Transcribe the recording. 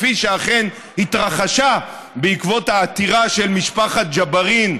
כפי שאכן התרחשה בעקבות העתירה של משפחת ג'בארין,